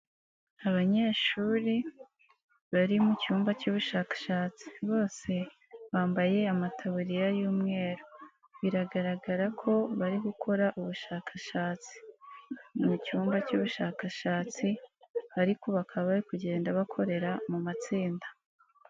Abanyeshuri bari mu cyumba cy'ubushakashatsi bose bambaye amataburiya y'umweru biragaragara ko bari gukora ubushakashatsi mu cyumba cy'ubushakashatsi ariko bakaba bari kugenda bakorera mu matsinda.